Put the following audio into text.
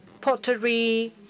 pottery